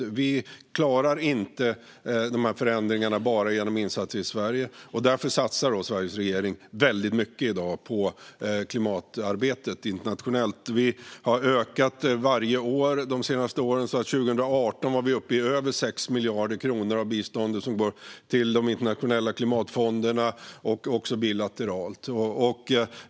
Vi klarar inte förändringarna bara genom insatser i Sverige, och därför satsar Sveriges regering väldigt mycket i dag på klimatarbetet internationellt. Vi har ökat andelen varje år under de senaste åren så att vi 2018 var uppe i över 6 miljarder av biståndet som går till de internationella klimatfonderna och bilateralt.